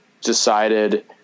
decided